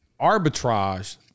arbitrage